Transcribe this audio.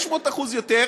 500% יותר,